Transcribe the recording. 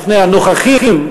בפני הנוכחים,